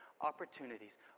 opportunities